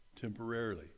temporarily